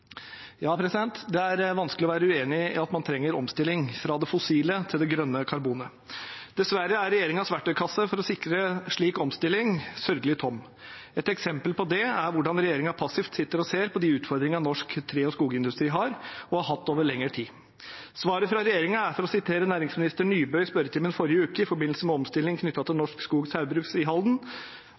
fra det fossile til det grønne karbonet. Dessverre er regjeringens verktøykasse for å sikre slik omstilling sørgelig tom. Et eksempel på det er hvordan regjeringen passivt sitter og ser på de utfordringene norsk tre- og skogindustri har og har hatt over lengre tid. Svaret fra regjeringen er, for å sitere næringsminister Nybø i svar på skriftlig spørsmål fra meg i forbindelse med omstilling knyttet til Norske Skog Saugbrugs i Halden